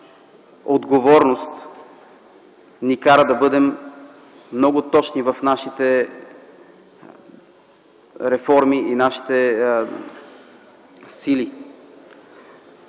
отговорност ни кара да бъдем много точни в нашите реформи и нашите сили.